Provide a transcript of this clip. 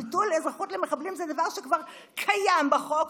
ביטול אזרחות למחבלים זה דבר שכבר קיים בחוק,